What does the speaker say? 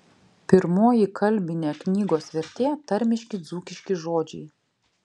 pirmoji kalbinė knygos vertė tarmiški dzūkiški žodžiai